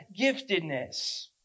giftedness